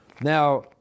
Now